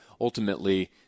ultimately